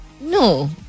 No